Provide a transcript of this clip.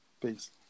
Peace